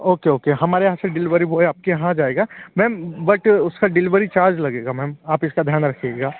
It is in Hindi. ओके ओके हमारे यहाँ से डिलवरी बॉय आपके यहाँ आ जाएगा मैम बट उसका डिलवरी चार्ज लगेगा मैम आप इसका ध्यान रखिएगा